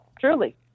Truly